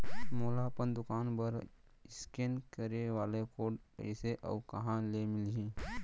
मोला अपन दुकान बर इसकेन करे वाले कोड कइसे अऊ कहाँ ले मिलही?